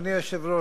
אדוני היושב-ראש,